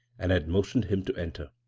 and had motioned him to enter.